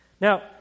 Now